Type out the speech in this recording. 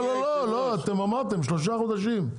לא, לא, אתם אמרתם שלושה חודשים.